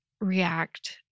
react